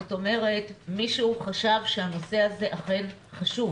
זאת אומרת מישהו חשב שהנושא הזה אכן חשוב